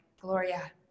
Gloria